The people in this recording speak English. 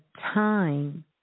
time